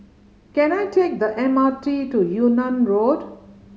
can I take the M R T to Yunnan Road